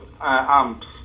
Amps